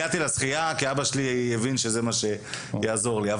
הגעתי לשחייה כי אבא שלי הבין שזה מה שיעזור לי.